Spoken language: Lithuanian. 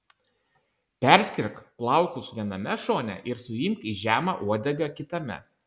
perskirk plaukus viename šone ir suimk į žemą uodegą kitame